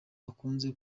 bakunze